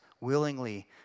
willingly